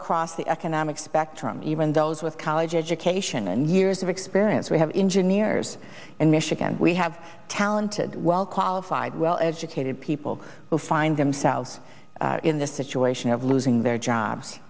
across the economic spectrum even those with college education and years of experience we have engineers in michigan we have talented well qualified well educated people who find themselves in this situation of losing their jobs